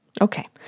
Okay